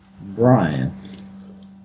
Brian